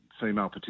female